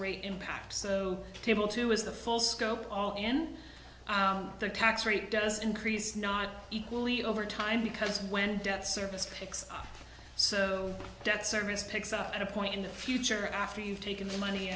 rate impact so table two is the full scope all in the tax rate does increase not equally over time because when debt service picks up so debt service picks up at a point in the future after you've taken the money